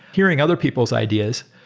hearing other people's ideas.